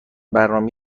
برنامه